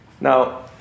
Now